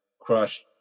crushed